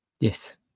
Yes